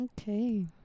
Okay